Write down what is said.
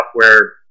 software